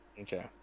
Okay